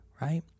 right